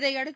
இதையடுத்து